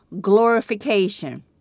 glorification